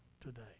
today